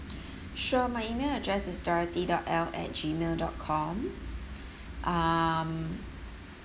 sure my email address is dorothy dot L at gmail dot com um